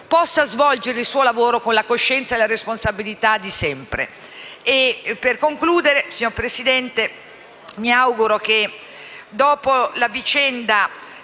possa svolgere il suo lavoro con la coscienza e la responsabilità di sempre.